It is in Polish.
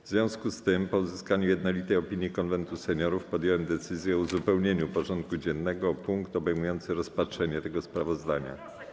W związku z tym, po uzyskaniu jednolitej opinii Konwentu Seniorów, podjąłem decyzję o uzupełnieniu porządku dziennego o punkt obejmujący rozpatrzenie tego sprawozdania.